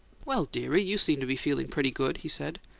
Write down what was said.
well, dearie, you seem to be feeling pretty good, he said.